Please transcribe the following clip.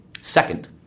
Second